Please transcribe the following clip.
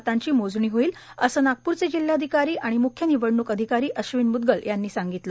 मतांची मोजणी होईल असं नागपूरचे जिल्हाधिकारी आणि म्ख्य निवडणूक अधिकारी अश्विन मूदगल यांनी सांगितलं